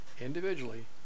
individually